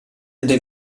del